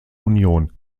union